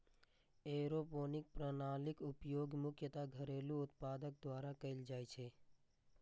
aeroponic प्रणालीक उपयोग मुख्यतः घरेलू उत्पादक द्वारा कैल जाइ छै